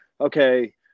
okay